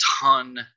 ton